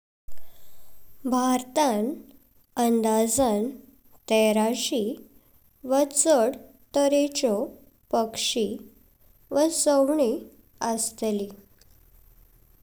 भारत अंदाजन तेराशी वा चड तारांचो पक्षी वा सावणी अस्तली।